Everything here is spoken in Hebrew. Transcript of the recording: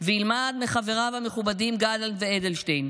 וילמד מחבריו המכובדים גלנט ואדלשטיין,